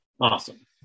Awesome